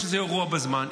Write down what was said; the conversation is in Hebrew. יש איזה אירוע בזמן.